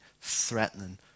threatening